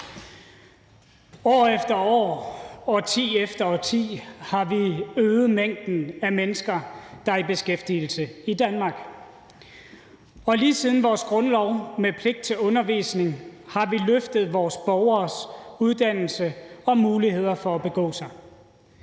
År efter år, årti efter årti har vi øget antallet af mennesker, der er i beskæftigelse i Danmark. Lige siden vores grundlov med pligt til undervisning har vi løftet vores borgeres uddannelse og muligheder for at begå sig.